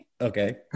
Okay